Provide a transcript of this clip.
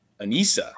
Anissa